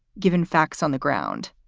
given facts on the ground.